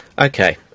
Okay